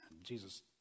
Jesus